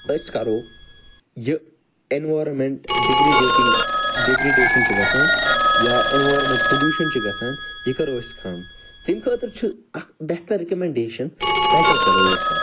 أسۍ کرو یہِ ایٚنویٚرانمیٚنٛٹ ڈِگرِڈیٹِنٛگ ڈِگریٚڈیشَن چھِ گَژھان یا ایٚنویٚرانمیٚنٛٹ پوٚلیٛوشن چھُ گَژھان یہِ کرو أسۍ کم تَمہِ خٲطرٕ چھِ اَکھ بہتر رِکوٚمیٚنٛڈیشَن سایکل چَلٲیِو سا